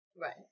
Right